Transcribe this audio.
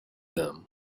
them